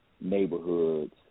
neighborhoods